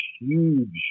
huge